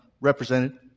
represented